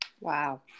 Wow